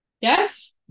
yes